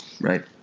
Right